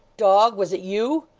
dog, was it you?